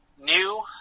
new